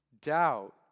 Doubt